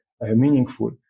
meaningful